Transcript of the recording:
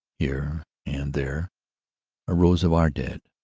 here and there are rows of our dead,